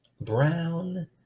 Brown